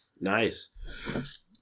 Nice